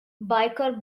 biker